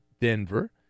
Denver